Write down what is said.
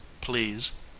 please